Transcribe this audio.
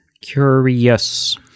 Curious